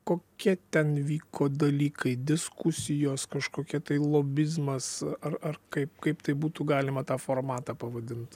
kokie ten vyko dalykai diskusijos kažkokie tai lobizmas ar ar kaip kaip tai būtų galima tą formatą pavadint